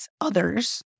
others